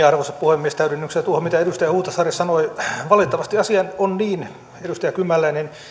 arvoisa puhemies täydennyksenä tuohon mitä edustaja huhtasaari sanoi valitettavasti asia on niin edustaja kymäläinen